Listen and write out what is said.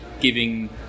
giving